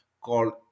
called